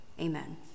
Amen